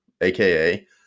aka